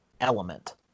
element